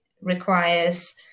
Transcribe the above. requires